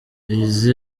izi